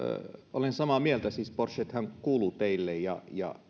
olen samaa mieltä siis porschethan kuuluvat teille ja ja